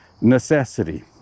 necessity